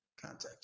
contact